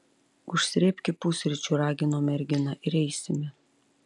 užsrėbki pusryčių ragino mergina ir eisime